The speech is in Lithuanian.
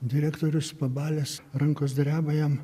direktorius pabalęs rankos dreba jam